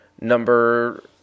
number